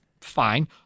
Fine